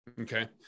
okay